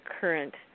current